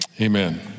Amen